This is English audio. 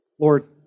Lord